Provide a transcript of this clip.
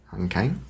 Okay